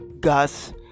gas